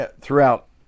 throughout